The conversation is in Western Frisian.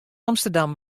amsterdam